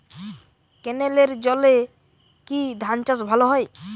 ক্যেনেলের জলে কি ধানচাষ ভালো হয়?